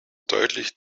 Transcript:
deutlich